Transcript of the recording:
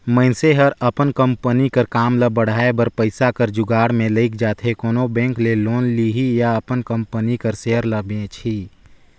मइनसे हर अपन कंपनी कर काम ल बढ़ाए बर पइसा कर जुगाड़ में लइग जाथे कोनो बेंक ले लोन लिही या अपन कंपनी कर सेयर ल बेंचही